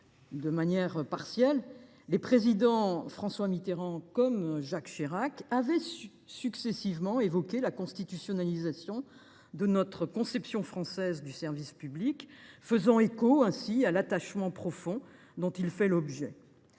D’ailleurs, les présidents François Mitterrand et Jacques Chirac ont successivement évoqué la constitutionnalisation de notre conception française du service public, faisant ainsi écho à l’attachement profond dont celui ci fait l’objet.